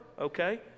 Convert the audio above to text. okay